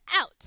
out